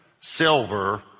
silver